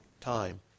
time